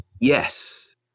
Yes